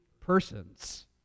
persons